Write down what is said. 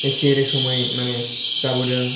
एखे रोखोमै माने जाबोदों